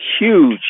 huge